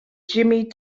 jimmy